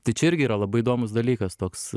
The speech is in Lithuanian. tai čia irgi yra labai įdomus dalykas toks